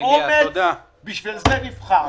אומץ ובשביל זה נבחרנו.